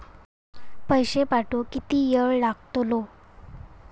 पैशे पाठवुक किती वेळ लागतलो?